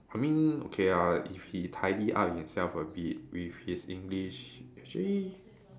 I mean okay ah if he tidy up himself a bit with his English actually